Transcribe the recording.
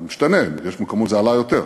זה משתנה, יש מקומות שזה עלה יותר.